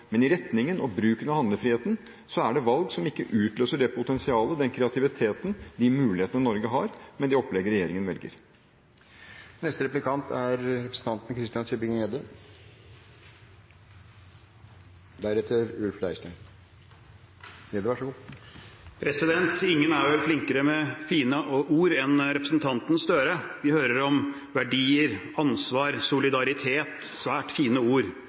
utløser det potensialet, den kreativiteten og de mulighetene Norge har – med det opplegget regjeringen velger. Ingen er vel flinkere med fine ord enn representanten Gahr Støre. Vi hører om verdier, ansvar, solidaritet – svært fine ord,